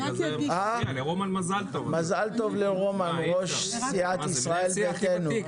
מזל טוב לרומן גרביץ, ראש סיעת ישראל ביתנו.